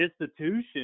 institution